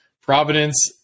Providence